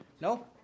No